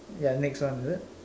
ya next one is it